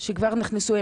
שכבר נכנסו?